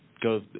go